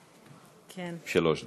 בבקשה, שלוש דקות.